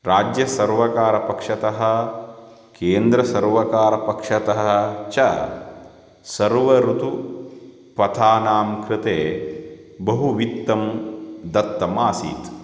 राज्यसर्वकारपक्षतः केन्द्रसर्वकारपक्षतः च सर्व ऋतुपथानां कृते बहुवित्तं दत्तम् आसीत्